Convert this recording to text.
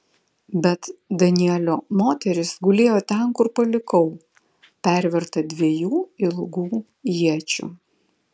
bet danielio moteris gulėjo ten kur palikau perverta dviejų ilgų iečių